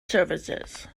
services